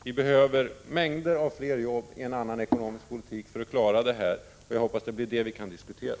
Vi behöver mängder av fler jobb i en annan ekonomisk politik för att klara det hela, och jag hoppas att det blir detta som vi kan diskutera.